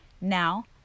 Now